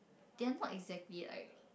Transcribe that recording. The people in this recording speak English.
they're not exactly like